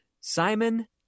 Simon